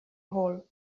hôl